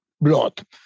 blood